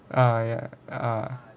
ah ya